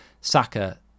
Saka